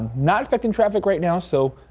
not stuck in traffic right now so.